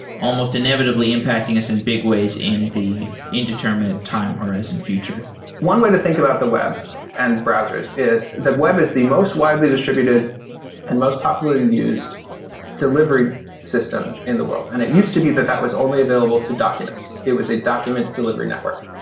almost inevitably impacting us in big ways in the indeterminate time horizon future one way to think about the web and browsers is the web is the most widely distributed and most popularly used delivery system in the world. and it used to be that that was only available to documents. it was a document delivery network.